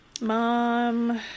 Mom